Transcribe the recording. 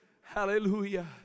Hallelujah